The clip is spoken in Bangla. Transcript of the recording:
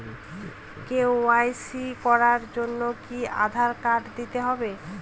কে.ওয়াই.সি করার জন্য কি আধার কার্ড দিতেই হবে?